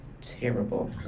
Terrible